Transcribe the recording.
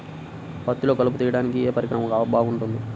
పత్తిలో కలుపు తీయడానికి ఏ పరికరం బాగుంటుంది?